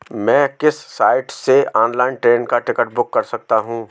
मैं किस साइट से ऑनलाइन ट्रेन का टिकट बुक कर सकता हूँ?